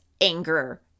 anger